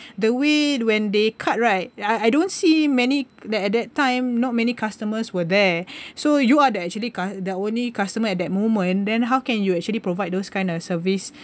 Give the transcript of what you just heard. the way when they cut right I I don't see many that at that time not many customers were there so you are the actually cus~ the only customer at that moment then how can you actually provide those kind of service